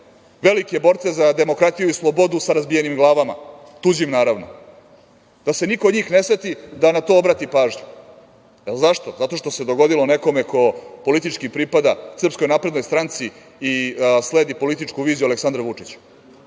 velike borce za demokratiju i slobodu sa razbijenim glavama, tuđim, naravno, da se niko od njih ne seti da na to obrati pažnju. Zašto? Zato što se dogodilo nekome ko politički pripada Srpskoj naprednoj stanci i sledi političku viziju Aleksandra Vučića.